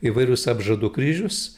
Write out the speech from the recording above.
įvairius apžadų kryžius